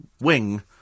wing